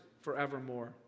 forevermore